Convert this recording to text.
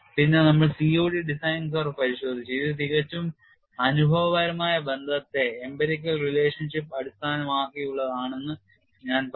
പിന്നെ നമ്മൾ COD design curve പരിശോധിച്ചു ഇത് തികച്ചും അനുഭവപരമായ ബന്ധത്തെ അടിസ്ഥാനമാക്കിയുള്ളതാണെന്ന് ഞാൻ പറഞ്ഞു